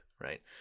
Right